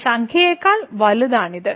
ഈ സംഖ്യയേക്കാൾ വലുതാണ് ഇത്